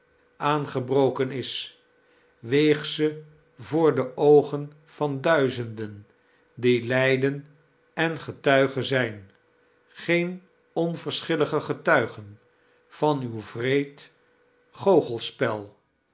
aangebroken is weeg ze voor de oogen van duizenden die lijden en getuige zijn geen onverschillige getuigen van uw wreed